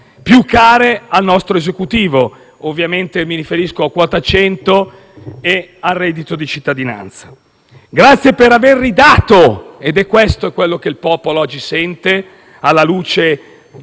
più care al nostro Esecutivo (ovviamente mi riferisco a quota 100 e al reddito di cittadinanza). Grazie per aver ridato dignità - ed è questo che il popolo oggi sente, dopo aver